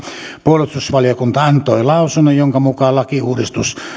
puolustusvaliokunta antoi lausunnon jonka mukaan lakiuudistus